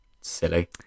Silly